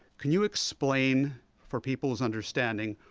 can you explain for people's understanding,